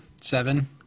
seven